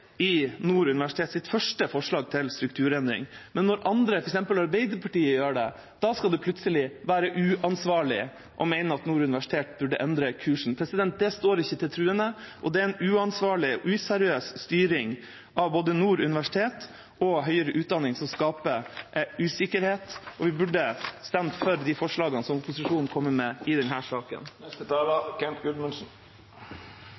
i Nord universitets første forslag til strukturendring. Men når andre, f.eks. Arbeiderpartiet, gjør det – da skal det plutselig være uansvarlig å mene at Nord universitet burde endre kursen. Det står ikke til troende, og det er en uansvarlig og useriøs styring av både Nord universitet og høyere utdanning, som skaper usikkerhet, og man burde ha stemt for de forslagene som opposisjonen kommer med i denne saken.